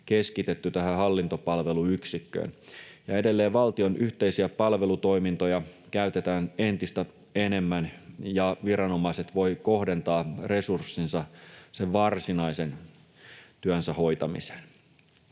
keskitetty tähän hallintopalveluyksikköön. Edelleen valtion yhteisiä palvelutoimintoja käytetään entistä enemmän, ja viranomaiset voivat kohdentaa resurssinsa sen varsinaisen työnsä hoitamiseen.